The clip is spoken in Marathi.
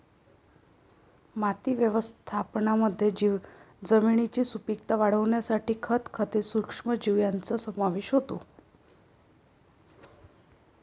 माती व्यवस्थापनामध्ये जमिनीची सुपीकता वाढवण्यासाठी खत, खते, सूक्ष्मजीव यांचा समावेश होतो